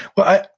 well,